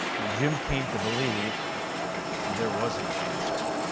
i mean jim came to believe there was no answer.